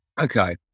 Okay